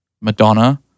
Madonna